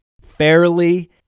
fairly